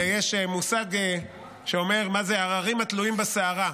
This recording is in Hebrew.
יש מושג שאומר מה זה הררים התלויים בשערה: